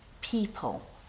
people